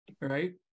right